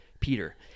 Peter